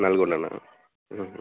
నల్గొండనా